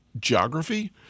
geography